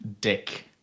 dick